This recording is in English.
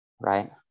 right